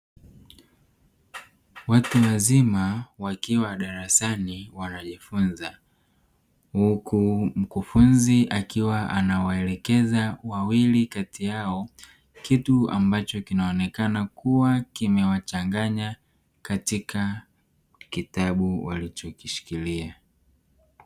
Watu wazima wakiwa darasani wanajifunza huku mkufunzi akiwa anawaelekeza wawili kati yao kitu ambacho kinaonekana kuwa kimewachanganya katika kitabu walichokishikiria.